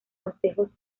consejos